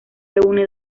reúne